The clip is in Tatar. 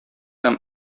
һәм